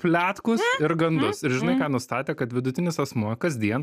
pletkus ir gandus ir žinai ką nustatė kad vidutinis asmuo kasdien